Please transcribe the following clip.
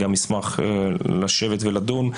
וגם אשמח לשבת ולדון.